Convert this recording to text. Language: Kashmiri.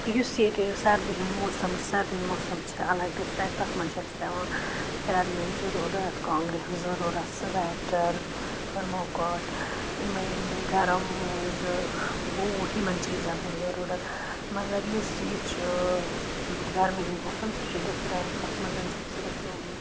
یُس ییٚتہِ سردی ہُنٛد موسَم چھُ سَردی ہُنٛد موسَم چھُ الگ ڈِفریٚنٛٹ تَتھ منٛز چھِ اسہِ پیٚوان پھیٚرنٕچ ضروٗرت کانٛگرِ ہنٛز ضروٗرت سُویٹَر تھٔرموکاٹ یِمٔے یِمٔے گَرم موزٕ بوٗٹھ یِمَن چیٖزَن ہنٛز ضروٗرَت مگر یُس یہِ چھُ ٲں گرمی ہُنٛد موسَم سُہ چھُ ڈِفریٚنٛٹ تَتھ مَنٛز چھِ اسہِ صِرف ٲں